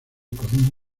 con